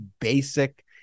basic